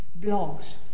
blogs